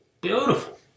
Beautiful